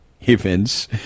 events